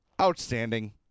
Outstanding